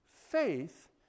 faith